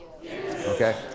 Okay